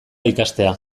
ikastea